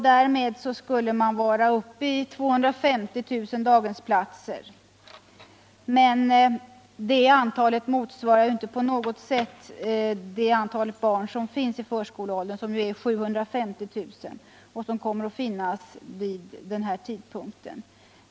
Därmed skulle sammanlagt ca 250 000 daghemsplatser byggas, vilket inte på något sätt svarar mot de ca 750 000 barn i förskoleåldern som kommer att finnas vid den tidpunkten.